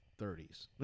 30s